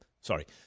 sorry